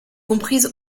comprise